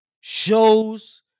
shows